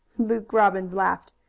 luke robbins laughed.